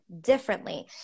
differently